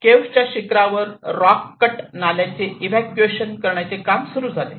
cave च्या शिखरावर rock cut नाल्याचे एक्सकॅव्हशन करण्याचे काम सुरू झाले